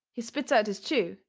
he spits out his chew,